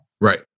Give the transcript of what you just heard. right